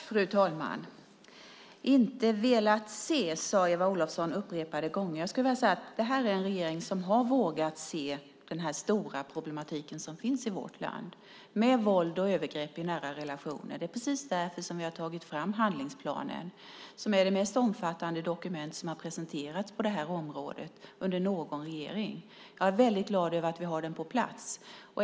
Fru talman! "Inte velat inse", sade Eva Olofsson upprepade gånger. Den här regeringen har vågat inse den stora problematik som finns i vårt land med våld och övergrepp i nära relationer. Det är precis därför vi har tagit fram handlingsplanen, som är det mest omfattande dokument som har presenterats på det här området under någon regering. Jag är väldigt glad över att vi har den på plats.